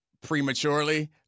prematurely